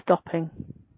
stopping